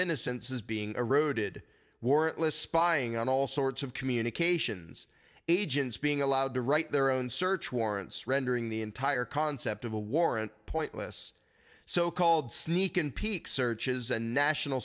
innocence is being eroded warrantless spying on all sorts of communications agents being allowed to write their own search warrants rendering the entire concept of a warrant pointless so called sneak and peek searches the national